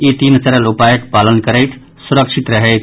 ई तीन सरल उपायक पालन करैत सुरक्षित रहैथ